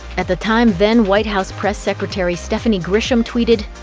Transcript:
at the time, then white house press secretary stephanie grisham tweeted,